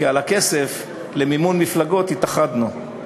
כי על הכסף למימון מפלגות התאחדנו,